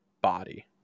body